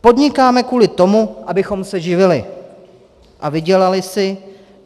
Podnikáme kvůli tomu, abychom se živili a vydělali si,